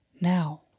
Now